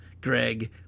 Greg